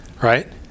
right